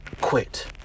quit